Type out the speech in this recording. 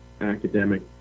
academic